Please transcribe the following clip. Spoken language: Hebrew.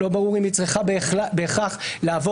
ולא ברור אם היא צריכה בהכרח לעבור